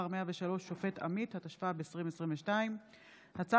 מאת חברי הכנסת אבי דיכטר, גילה גמליאל, קרן